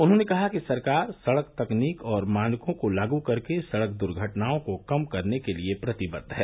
उन्होंने कहा कि सरकार सड़क तकनीक और मानकों को लागू करके सड़क दुर्घटनाओं को कम करने के लिए प्रतिबद्ध हैं